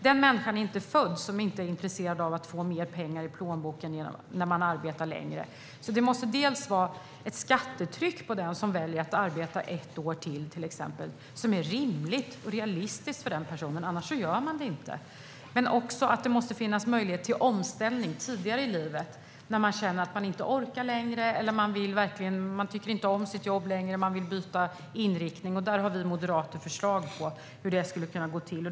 Den människa är inte född som inte är intresserad av att få mer pengar i plånboken när man arbetar längre. Det måste vara ett skattetryck som är realistiskt för den person som ska jobba ett år längre, för annars gör man det inte. Det måste också finnas möjlighet till omställning tidigare i livet, när man känner att man inte orkar längre eller om man vill byta inriktning för att man inte tycker om sitt jobb längre. Vi moderater har förslag på hur det skulle kunna gå till.